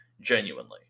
genuinely